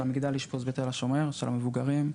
במגדל אשפוז בתל השומר של המבוגרים.